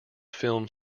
film